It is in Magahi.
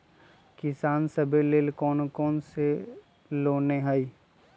किसान सवे लेल कौन कौन से लोने हई?